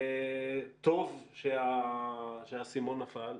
טוב שהאסימון נפל,